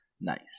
Nice